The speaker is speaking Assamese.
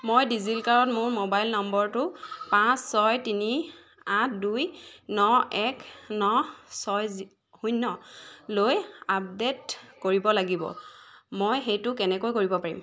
মই ডিজি লকাৰত মোৰ মোবাইল নম্বৰটো পাঁচ ছয় তিনি আঠ দুই ন এক ন ছয় শূন্যলৈ আপডেট কৰিব লাগিব মই সেইটো কেনেকৈ কৰিব পাৰিম